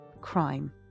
crime